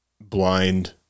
blind